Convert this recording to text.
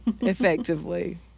Effectively